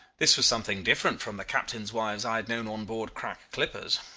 this was something different from the captains' wives i had known on board crack clippers.